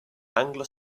anglo